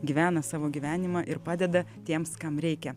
gyvena savo gyvenimą ir padeda tiems kam reikia